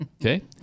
Okay